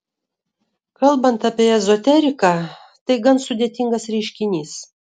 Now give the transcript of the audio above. kalbant apie ezoteriką tai gan sudėtingas reiškinys